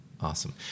Awesome